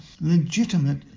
legitimate